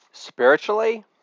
Spiritually